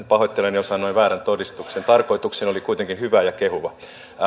pahoittelen jos annoin väärän todistuksen tarkoitukseni oli kuitenkin hyvä ja kehuva